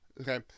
okay